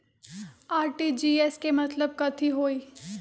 RTGS के मतलब कथी होइ?